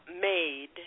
made